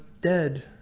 dead